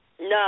No